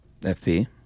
Fp